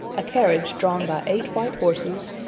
a carriage drawn by eight white horses,